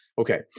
Okay